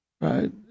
right